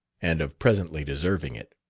and of presently deserving it.